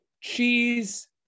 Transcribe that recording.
cheese